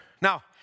Now